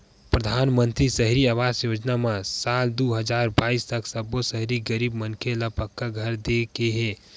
परधानमंतरी सहरी आवास योजना म साल दू हजार बाइस तक सब्बो सहरी गरीब मनखे ल पक्का घर दे के हे